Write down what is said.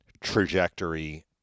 trajectory